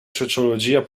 sociologia